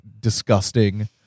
disgusting